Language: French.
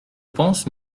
pense